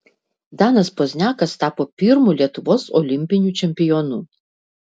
danas pozniakas tapo pirmu lietuvos olimpiniu čempionu